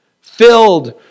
filled